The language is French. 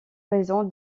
raison